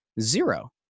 zero